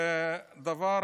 ודבר